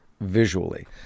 visually